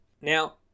Now